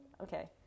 Okay